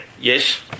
Yes